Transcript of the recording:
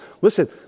Listen